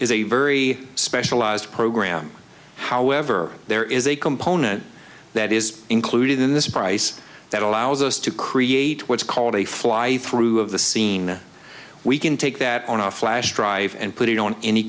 is a very specialized program however there is a component that is included in this price that allows us to create what's called a fly through of the scene we can take that on a flash drive and put it on any